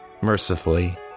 mercifully